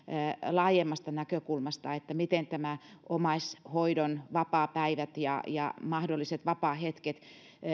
laajemmasta näkökulmasta miten omaishoidon vapaapäivät ja ja mahdolliset vapaahetket